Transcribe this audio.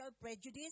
prejudice